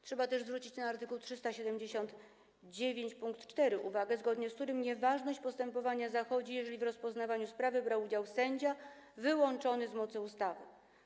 Trzeba też zwrócić uwagę na art. 379 pkt 4, zgodnie z którym nieważność postępowania zachodzi, jeżeli w rozpoznawaniu sprawy brał udział sędzia wyłączony z mocy ustawy.